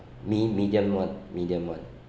me~ medium [one] medium [one]